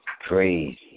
crazy